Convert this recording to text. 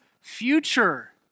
future